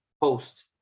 post